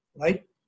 right